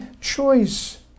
choice